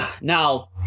Now